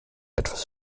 etwas